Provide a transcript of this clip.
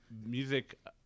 music